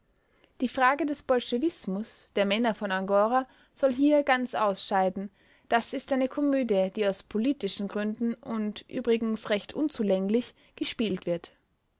die frage des bolschewismus der männer von angora soll hier ganz ausscheiden das ist eine komödie die aus politischen gründen und übrigens recht unzulänglich gespielt wird